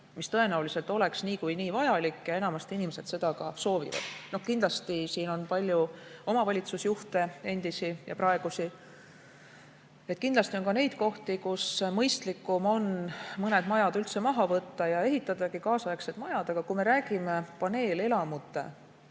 mis tõenäoliselt oleks niikuinii vajalik ja enamasti inimesed seda ka soovivad. Kindlasti siin on palju omavalitsusjuhte, endisi ja praegusi. Kindlasti on ka neid kohti, kus mõistlikum on mõned majad üldse maha võtta ja ehitada kaasaegsed majad, aga kui me räägime paneelelamute